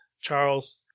Charles